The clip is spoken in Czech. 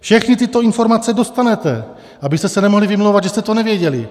Všechny tyto informace dostanete, abyste se nemohli vymlouvat, že jste to nevěděli.